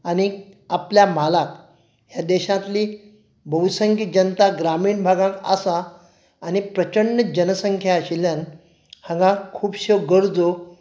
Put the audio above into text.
आनीक आपल्या म्हालाक ह्या देशांतली बहुसंख्य जनता ग्रामीण भागाक आसा आनी प्रचंड जनसंख्या आशिल्ल्यान हांगा खुबशो गरजो